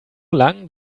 lang